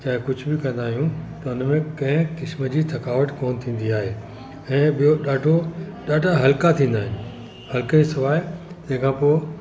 चाहे कुझु बि कंदा आहियूं त हुन में कंहिं क़िस्म जी थकावट कोन थींदी आहे ऐं ॿियो ॾाढो ॾाढा हल्का थींदा आहिनि हल्के सवाइ तंहिं खां पोइ